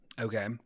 Okay